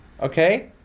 okay